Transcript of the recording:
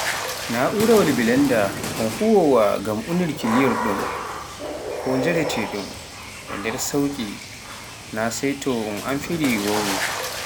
na'urawal bilenda, e huuwa ngam unirki liyordum ko njeretedum, e nder sauki naa sai to un foptini wowro